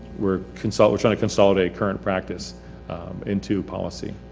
we're consol, we're trying to consolidate current practice into policy.